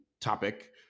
topic